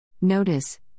Notice